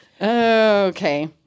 Okay